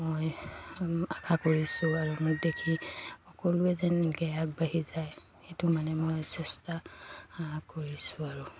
মই আশা কৰিছোঁ আৰু মোক দেখি সকলোৱে যেন এনেকৈ আগবাঢ়ি যায় সেইটো মানে মই চেষ্টা কৰিছোঁ আৰু